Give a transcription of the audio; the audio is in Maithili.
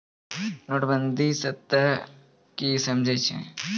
नोटबंदी स तों की समझै छौ